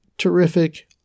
Terrific